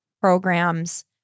programs